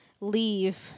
leave